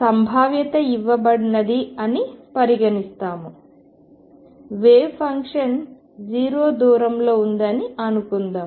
సంభావ్యత ఇవ్వబడినది అని పరిగణిస్తాము వేవ్ ఫంక్షన్ 0 దూరంలో ఉందని అనుకుందాం